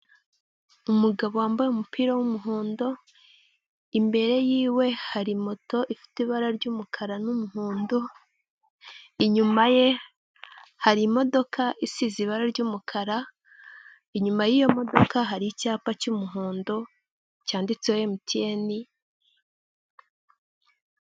Umugabo wambaye umupira w'umuhondo imbere yiwe hari moto ifite ibara ry'umukara n'umuhondo, inyuma ye hari imodoka isize ibara ry'umukara, inyuma y'iyo modoka hari icyapa cy'umuhondo cyanditseho emutiyeni.